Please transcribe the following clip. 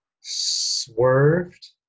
swerved